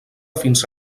fins